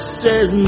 says